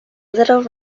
little